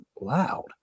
loud